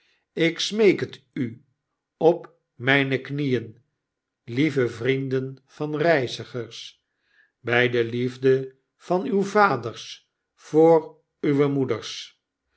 ik smeek het u op myne knieen lieve vrienden van reizigers bjj de liefde van uwe vaders voor uwe moeders